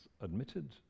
admitted